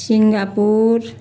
Singapore